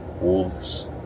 wolves